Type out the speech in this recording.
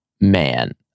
man